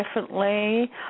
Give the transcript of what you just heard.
differently